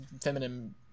feminine